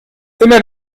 immer